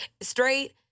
straight